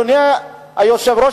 אדוני היושב-ראש,